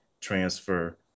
transfer